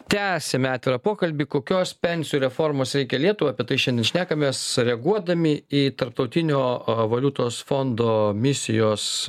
tęsiame atvirą pokalbį kokios pensijų reformos reikia lietuvai apie tai šiandien šnekamės reaguodami į tarptautinio valiutos fondo misijos